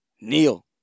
Neil